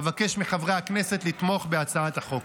אבקש מחברי הכנסת לתמוך בהצעת החוק.